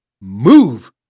move